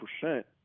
percent